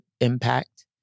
impact